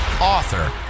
Author